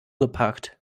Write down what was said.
geparkt